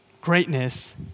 Greatness